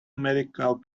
medical